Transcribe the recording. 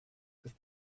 with